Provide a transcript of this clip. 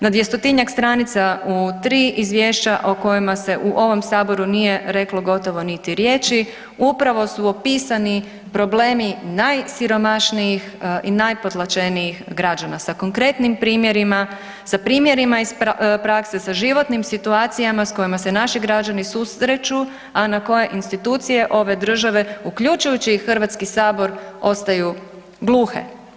Na 200-tinjak stranica u 3 izvješća o kojima se u ovom Saboru nije reklo gotovo niti riječi, upravo su opisani problemi najsiromašnijih i najpotlačenijih građana sa konkretnim primjerima, sa primjerima iz prakse, sa životnim situacijama s kojima se naši građani susreću a na koje institucije ove države uključujući i Hrvatski sabor, ostaju gluhe.